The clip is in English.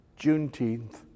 Juneteenth